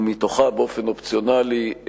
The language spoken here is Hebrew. ומתוכה באופן אופציונלי,